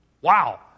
Wow